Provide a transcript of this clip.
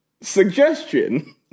Suggestion